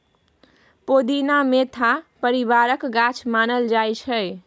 पोदीना मेंथा परिबारक गाछ मानल जाइ छै